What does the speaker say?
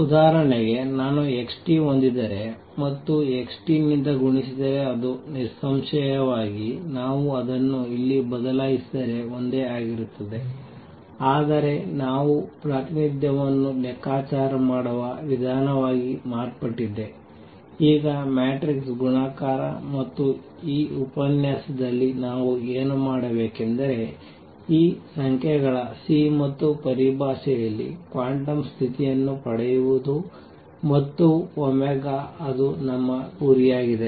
ಉದಾಹರಣೆಗೆ ನಾನು x ಹೊಂದಿದ್ದರೆ ಮತ್ತು x ನಿಂದ ಗುಣಿಸಿದರೆ ಅದು ನಿಸ್ಸಂಶಯವಾಗಿ ನಾವು ಅದನ್ನು ಇಲ್ಲಿ ಬದಲಾಯಿಸಿದರೆ ಒಂದೇ ಆಗಿರುತ್ತದೆ ಆದರೆ ನಾವು ಪ್ರಾತಿನಿಧ್ಯವನ್ನು ಲೆಕ್ಕಾಚಾರ ಮಾಡುವ ವಿಧಾನವಾಗಿ ಮಾರ್ಪಟ್ಟಿದೆ ಈಗ ಮ್ಯಾಟ್ರಿಕ್ಸ್ ಗುಣಾಕಾರ ಮತ್ತು ಈ ಉಪನ್ಯಾಸದಲ್ಲಿ ನಾವು ಏನು ಮಾಡಬೇಕೆಂದರೆ ಈ ಸಂಖ್ಯೆಗಳ C ಮತ್ತು ಪರಿಭಾಷೆಯಲ್ಲಿ ಕ್ವಾಂಟಮ್ ಸ್ಥಿತಿಯನ್ನು ಪಡೆಯುವುದು ಮತ್ತು ಅದು ನಮ್ಮ ಗುರಿಯಾಗಿದೆ